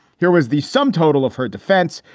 here was the sum total of her defense,